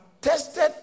tested